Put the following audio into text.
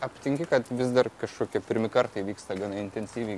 aptinki kad vis dar kažkokie pirmi kartai vyksta gana intensyviai